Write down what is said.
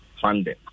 funding